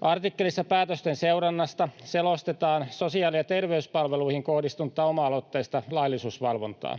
Artikkelissa päätösten seurannasta selostetaan sosiaali‑ ja terveyspalveluihin kohdistunutta oma-aloitteista laillisuusvalvontaa.